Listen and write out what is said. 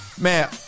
man